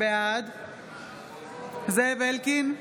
בעד זאב אלקין,